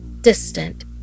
distant